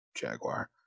Jaguar